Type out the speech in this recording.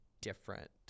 different